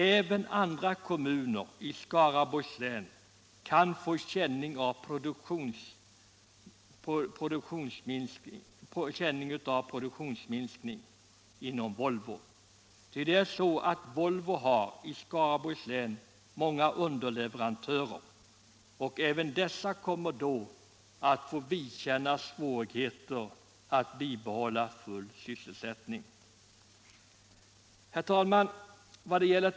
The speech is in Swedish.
Även andra kommuner i Skaraborgs län kan få känning av produktionsminskningen inom Volvo, eftersom Volvo i Skaraborgs län har många underleverantörer, som också kommer att få svårigheter att bibehålla full sysselsättning. Herr talman!